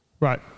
Right